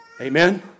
Amen